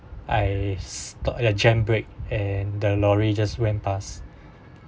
I stop jam break and the lorry just when pass